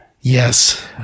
Yes